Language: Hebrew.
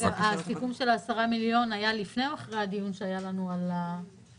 הסיכום של 10 מיליון היה לפני או אחרי הדיון שהיה לנו עם הרלב"ד,